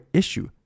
issue